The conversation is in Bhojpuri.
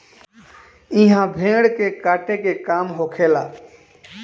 इहा भेड़ के काटे के काम होखेला